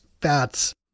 fats